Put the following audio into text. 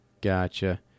Gotcha